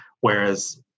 Whereas